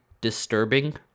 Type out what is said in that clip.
disturbing